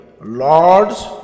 lords